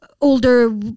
older